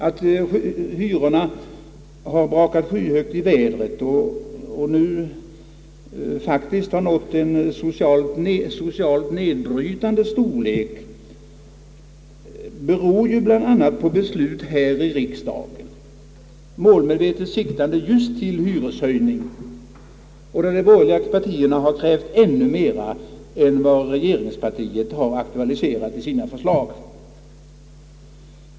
Att hyrorna har rakat skyhögt i vädret och nu nått en socialt nedbrytande nivå beror ju bl.a. på beslut här i riksdagen, målmedvetet siktande just till hyreshöjningar och där de borgerliga partierna har krävt ännu mer än vad regeringspartiet aktualiserat i sina förslag.